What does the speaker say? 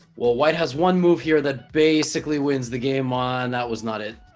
well white has one move here that basically wins the game on that was not it